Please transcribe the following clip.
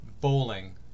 bowling